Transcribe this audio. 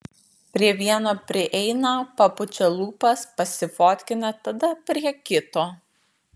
prie vieno prieina papučia lūpas pasifotkina tada prie kito